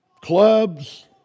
clubs